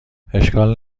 اشکال